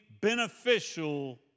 beneficial